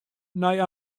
nei